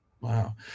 Wow